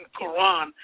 Quran